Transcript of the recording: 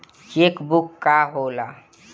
Check book का होला?